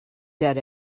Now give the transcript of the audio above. dead